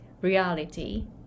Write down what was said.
reality